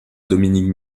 dominique